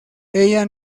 ella